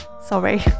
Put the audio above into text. Sorry